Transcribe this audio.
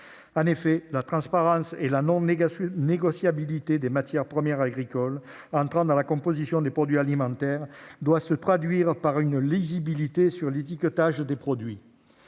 En effet, la transparence et la non-négociabilité des matières premières agricoles entrant dans la composition des produits alimentaires doivent se traduire par une lisibilité sur l'étiquetage des produits.